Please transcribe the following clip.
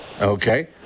okay